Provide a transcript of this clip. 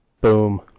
Boom